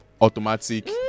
automatic